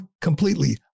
completely